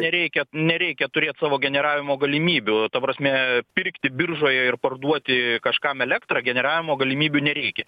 nereikia nereikia turėt savo generavimo galimybių ta prasme pirkti biržoje ir parduoti kažkam elektrą generavimo galimybių nereikia